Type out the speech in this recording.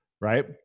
Right